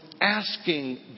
asking